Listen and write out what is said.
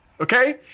Okay